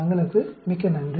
தங்களுக்கு மிக்க நன்றி